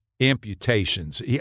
amputations